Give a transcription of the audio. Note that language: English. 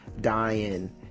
dying